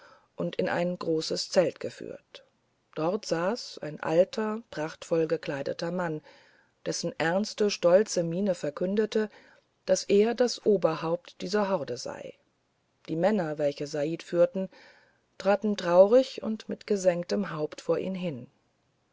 und in ein großes zelt geführt dort saß ein alter prachtvoll gekleideter mann dessen ernste stolze miene verkündete daß er das oberhaupt dieser horde sei die männer welche said führten traten traurig und mit gesenktem haupt vor ihn hin